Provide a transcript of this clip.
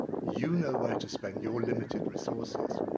you know where to spend your limited resources.